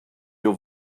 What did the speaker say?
your